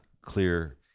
clear